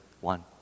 One